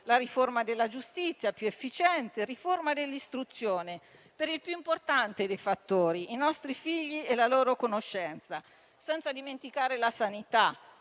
riforma della giustizia, più efficiente, e riforma dell'istruzione, per il più importante dei fattori, ossia i nostri figli e la loro conoscenza, senza dimenticare la sanità